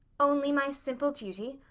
only my simple duty.